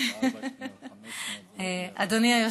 אדוני היושב-ראש,